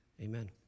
amen